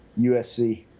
USC